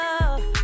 love